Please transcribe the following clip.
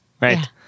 Right